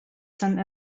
some